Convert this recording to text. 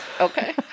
Okay